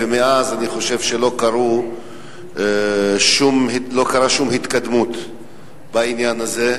ומאז אני חושב שלא קרתה שום התקדמות בעניין הזה.